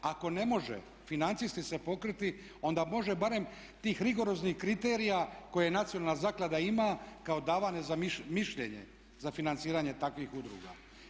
Ako ne može financijski se pokriti onda može barem tih rigoroznih kriterija koje Nacionalna zaklada ima kao davanje mišljenja za financiranje takvih udruga.